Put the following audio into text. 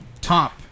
top